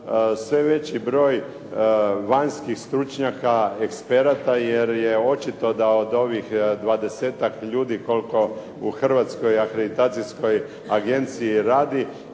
sve veći broj vanjskih stručnjaka, eksperata jer je očito da od ovih 20-tak ljudi, koliko u Hrvatskoj akreditacijskoj agenciji radi,